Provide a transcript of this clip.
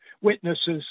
witnesses